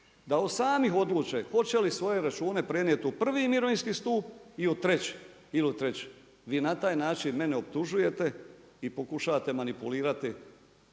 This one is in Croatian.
Da sami odluče hoće li svoje račune prenijet u prvi mirovinski stup ili u treći. Vi na taj način mene optužujete i pokušavate manipulirati